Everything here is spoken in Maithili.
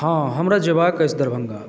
हँ हमरा जयबाक अछि दरभङ्गा